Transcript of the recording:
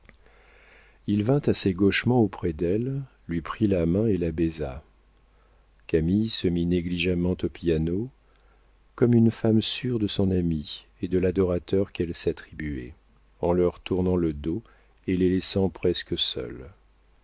il vint assez gauchement auprès d'elle lui prit la main et la baisa camille se mit négligemment au piano comme une femme sûre de son amie et de l'adorateur qu'elle s'attribuait en leur tournant le dos et les laissant presque seuls